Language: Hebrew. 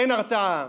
אין הרתעה,